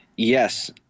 Yes